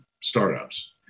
startups